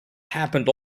happened